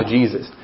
Jesus